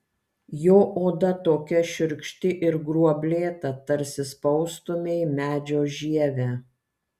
jo oda tokia šiurkšti ir gruoblėta tarsi spaustumei medžio žievę